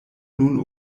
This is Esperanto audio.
nun